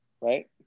right